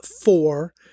four